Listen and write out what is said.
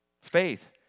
Faith